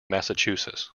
massachusetts